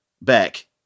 back